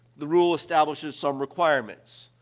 the rule establishes some requirements.